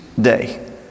day